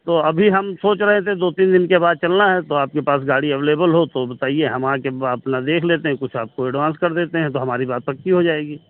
तो अभी हम सोच रहे थे तो दो तीन दिन के बाद चलना है तो आपके पास गाड़ी एवलेबल हो तो बताइए हम आकर अपना देख लेते हैं कुछ आपको एडवांस कर देते हैं तो हमारी बात पक्की हो जाएगी